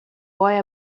boy